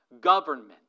Government